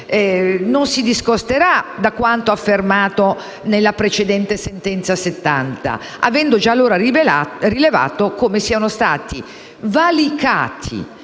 non si discosterà da quanto affermato nella precedente sentenza n. 70, avendo già allora rilevato come siano stati valicati